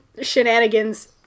shenanigans